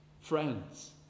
friends